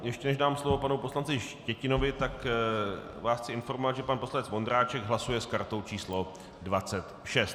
Ještě než dám slovo panu poslanci Štětinovi, tak vás chci informovat, že pan poslanec Vondráček hlasuje s kartou číslo 26.